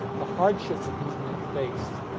the hardships that these men faced.